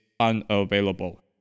unavailable